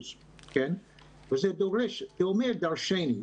וזה אומר דרשני.